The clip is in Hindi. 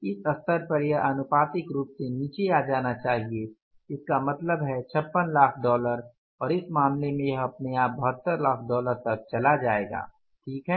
इस स्तर पर यह आनुपातिक रूप से नीचे आ जाना चाहिए इसका मतलब है 56 लाख डॉलर और इस मामले में यह अपने आप 72 लाख डॉलर तक चला जायेगा सही है